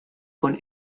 con